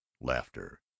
laughter